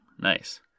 Nice